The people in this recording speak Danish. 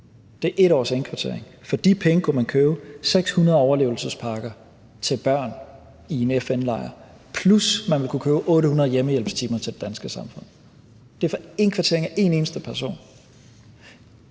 Det er 1 års indkvartering. For de penge kunne man købe 600 overlevelsespakker til børn i en FN-lejr, plus man vil kunne købe 800 hjemmehjælpstimer til det danske samfund. Det er for indkvartering af en eneste person.